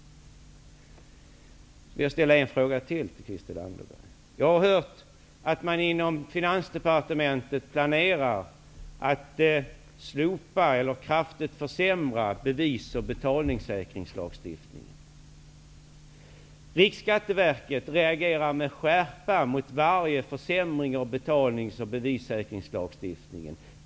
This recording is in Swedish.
Jag har hört att man inom Finansdepartementet planerar att slopa, eller kraftigt försämra, bevissäkrings och betalningssäkringslagstiftningen. Riksskatteverket reagerar kraftigt mot varje försämring av bevissäkrings och betalningssäkringslagstiftningen.